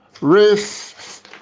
Race